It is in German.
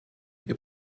über